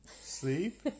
Sleep